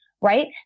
right